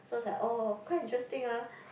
sounds like oh quite interesting ah